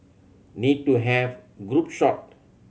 need to have group shot